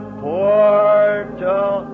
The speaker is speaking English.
portal